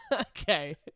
okay